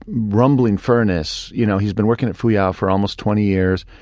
rumbling furnace. you know, he's been working at fuyao for almost twenty years.